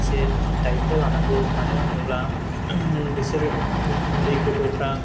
इसे दायत' लानांगौ मानो होनोब्ला बिसोरो उन्दै गथ'फोरा